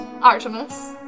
Artemis